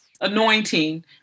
anointing